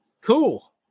cool